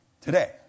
Today